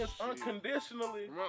unconditionally